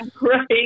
right